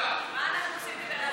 מה אנחנו עושים כדי לעזור להם?